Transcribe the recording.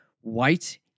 white